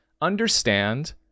Understand